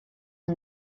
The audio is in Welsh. yng